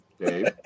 Dave